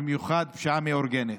במיוחד פשיעה מאורגנת.